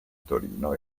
torino